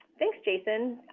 thanks, jason.